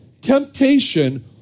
Temptation